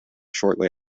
shortly